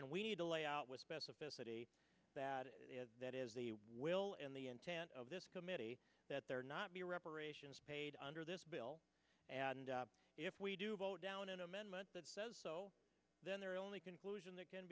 and we need to lay out with specificity that it is that is the will and the intent of this committee that there not be reparations paid under this bill and if we do vote down an amendment that says then there are only conclusion that can